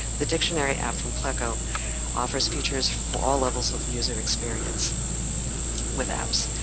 the dictionary app from pleco offers features for all levels of user experience with apps.